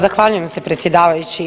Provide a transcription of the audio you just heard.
Zahvaljujem se predsjedavajući.